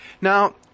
Now